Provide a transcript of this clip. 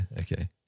okay